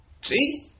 See